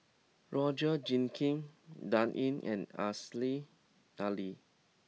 Roger Jenkins Dan Ying and Aziza Ali